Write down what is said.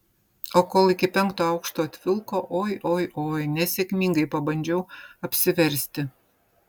o kol iki penkto aukšto atvilko oi oi oi nesėkmingai pabandžiau apsiversti